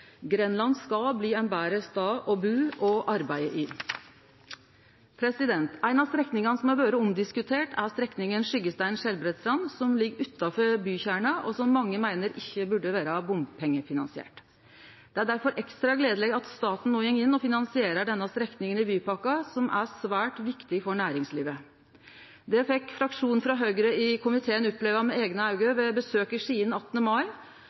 Grenland skal bli ein betre stad å bu og arbeide i. Ei strekning som har vore omdiskutert, er Skyggestein–Skjelbredstrand. Strekninga ligg utanfor bykjerna, og mange meiner ho ikkje burde vore finansiert med bompengar. Difor er det ekstra gledeleg at staten no går inn og finansierer denne strekninga i bypakka som er svært viktig for næringslivet. Det fekk fraksjonen frå Høgre i komiteen oppleve med eigne auge ved besøk i